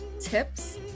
tips